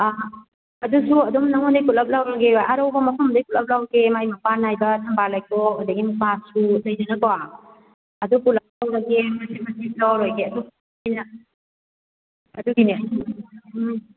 ꯑꯥ ꯑꯗꯨꯁꯨ ꯑꯗꯨꯝ ꯅꯉꯣꯟꯗꯩ ꯄꯨꯂꯞ ꯂꯧꯔꯒꯦꯕ ꯑꯔꯧꯕ ꯃꯐꯝꯗꯩ ꯄꯨꯂꯞ ꯂꯧꯒꯦ ꯃꯥꯏ ꯃꯄꯥꯟ ꯅꯥꯏꯕ ꯊꯝꯕꯥꯜ ꯂꯩꯈꯣꯛ ꯑꯗꯒꯤ ꯃꯨꯀꯥ ꯁꯨꯠ ꯂꯩꯗꯅꯀꯣ ꯑꯗꯣ ꯄꯨꯂꯞ ꯂꯧꯔꯒꯦ ꯃꯆꯤꯠ ꯃꯆꯤꯠ ꯂꯧꯔꯔꯣꯏꯒꯦ ꯑꯗꯨꯒꯤꯅꯦ ꯎꯝ